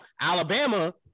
Alabama